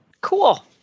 Cool